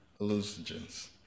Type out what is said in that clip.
hallucinogens